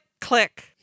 click